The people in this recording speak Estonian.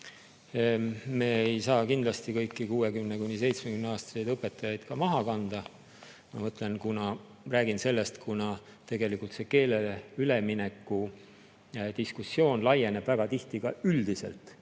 Me ei saa kindlasti kõiki 60–70-aastaseid õpetajaid maha kanda. Ma räägin sellest, kuna tegelikult see [eesti] keelele ülemineku diskussioon laieneb väga tihti ka üldiselt